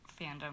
fandom